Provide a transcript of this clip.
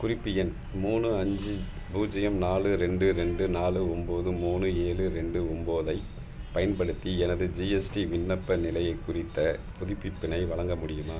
குறிப்பு எண் மூணு அஞ்சு பூஜ்ஜியம் நாலு ரெண்டு ரெண்டு நாலு ஒம்பது மூணு ஏழு ரெண்டு ஒம்பதைப் பயன்படுத்தி எனது ஜிஎஸ்டி விண்ணப்ப நிலை குறித்தப் புதுப்பிப்பினை வழங்க முடியுமா